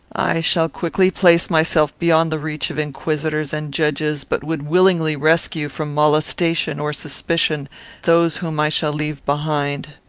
i shall quickly place myself beyond the reach of inquisitors and judges, but would willingly rescue from molestation or suspicion those whom i shall leave behind.